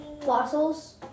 Fossils